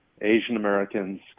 Asian-Americans